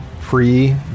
Free